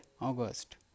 August